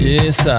Yes